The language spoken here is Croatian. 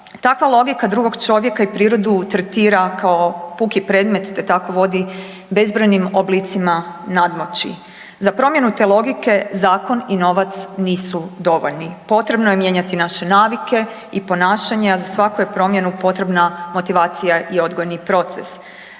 Takva logika drugog čovjeka i prirodu tretira kao puki predmet, te tako vodi bezbrojnim oblicima nadmoći. Za promjenu te logike zakon i novac nisu dovoljni, potrebno je mijenjati naše navike i ponašanje, a za svaku je promjenu potrebna motivacija i odgojni proces.